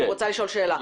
הוא רצה לשאול שאלה.